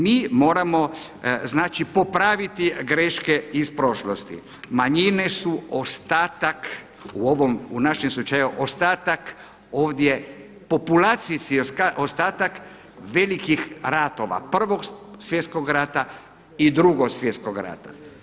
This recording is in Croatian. Mi moramo znači popraviti greške iz prošlosti, manjine su ostatak u ovom, u našem slučaju ostatak ovdje populacijski ostatak velikih ratova, Prvog svjetskog rata i Drugog svjetskog rata.